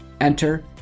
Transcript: enter